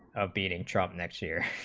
of beating trial next year